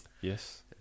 Yes